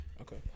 Okay